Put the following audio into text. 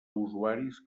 usuaris